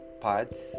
parts